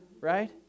right